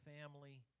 family